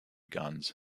guns